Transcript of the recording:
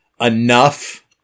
enough